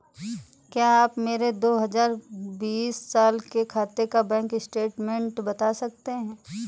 क्या आप मेरे दो हजार बीस साल के खाते का बैंक स्टेटमेंट बता सकते हैं?